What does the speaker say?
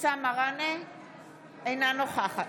אינה נוכחת